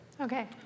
Okay